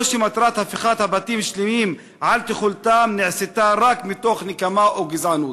או שמטרת הפיכת בתים שלמים על תכולתם נעשתה רק מתוך נקמה או גזענות?